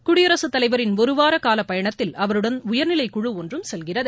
குடியரசு தலைவரின் ஒருவார கால பயணத்தில் அவருடன் உயர்நிலை குழு ஒன்றும் செல்கிறது